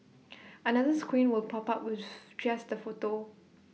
another screen will pop up with just the photo